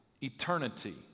eternity